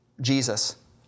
Jesus